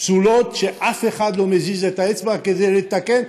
פסולות שאף אחד לא מזיז את האצבע כדי לתקן,